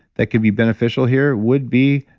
that could be beneficial here, would be,